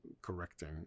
correcting